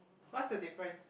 what's the difference